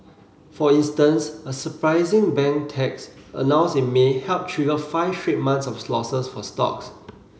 for instance a surprising bank tax announced in May helped trigger five straight months of losses for stocks